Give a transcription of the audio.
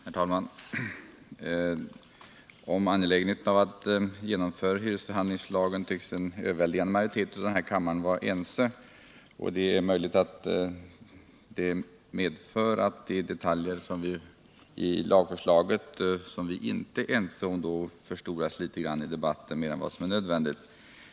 Herr talman! Om angeligenheten att genomföra hyresförhandlingslagen tycks en överväldigande majoritet i den här kammaren vara ense. Det är möjligt att detta medför att de detaljer i lagförslaget, som vi inte är överens om, då förstoras upp i debatten litet mer än som är nödvändigt.